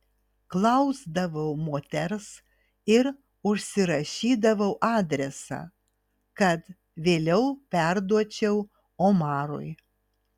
klausdavau moters ir užsirašydavau adresą kad vėliau perduočiau omarui